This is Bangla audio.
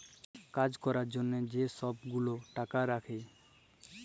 কাজ ক্যরার জ্যনহে যে ছব গুলা টাকা রাখ্যে